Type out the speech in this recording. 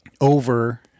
over